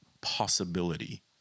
possibility